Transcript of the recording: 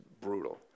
brutal